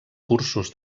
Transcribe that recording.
cursos